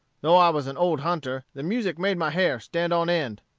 though i was an old hunter, the music made my hair stand on end.